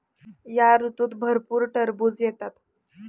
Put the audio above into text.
या ऋतूत भरपूर टरबूज येतात